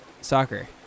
Soccer